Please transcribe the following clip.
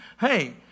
Hey